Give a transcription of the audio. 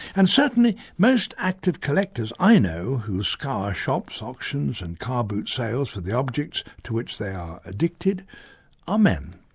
and certainly most active collectors i know who scour shops, auctions and car boot sales for the objects to which they are addicted are men,